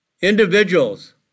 Individuals